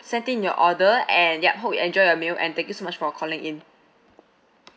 sent in your order and ya hope you enjoy your meal and thank you so much for calling in